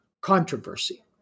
controversy